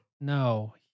No